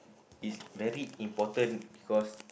is very important because